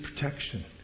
protection